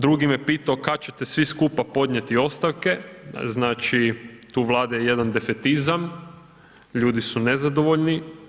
Drugi me pitao kada ćete svi skupa podnijeti ostavke, znači tu vlada jedan defetizam, ljudi su nezadovoljni.